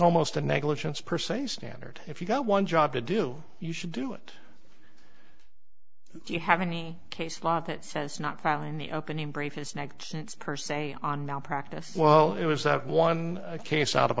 almost a negligence per se standard if you've got one job to do you should do it do you have any case law that says not filing the opening break his neck since per se on malpractise well it was that one case out of